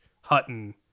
Hutton